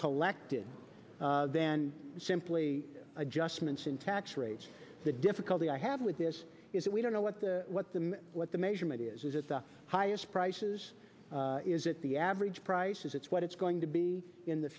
collected than simply adjustments in tax rate the difficulty i have with this is that we don't know what the what the what the measurement is at the highest prices is it the average prices it's what it's going to be in the